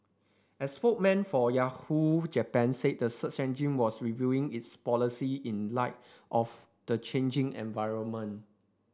a spokesman for Yahoo Japan said the search engine was reviewing its policy in light of the changing environment